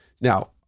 Now